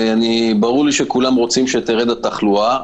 ברור לי שכולם רוצים שתרד התחלואה,